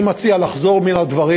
אני מציע לחזור מן הדברים.